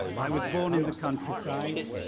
i was born in the country side.